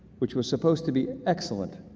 which was supposed to be excellent,